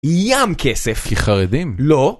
ים כסף! כי חרדים? לא